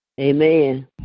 Amen